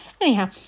Anyhow